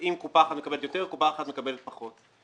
אם קופה אחת מקבלת יותר, קופה אחרת מקבלת פחות.